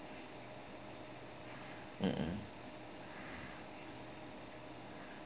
mmhmm